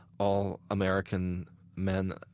all american men,